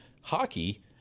Hockey